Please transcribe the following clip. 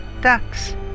Ducks